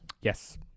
Yes